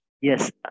Yes